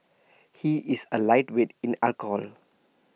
he is A lightweight in alcohol